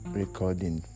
recording